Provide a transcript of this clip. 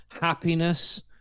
happiness